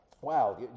wow